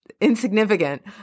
insignificant